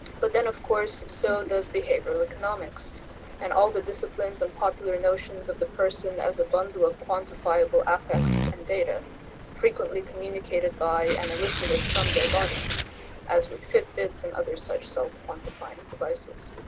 but then of course so does behavioural economics and all the disciplines and popular notions of the person as a bundle of quantifiable affects and data frequently communicated by and elicited from their bodies as with fit bits and other such self-quantifying devices.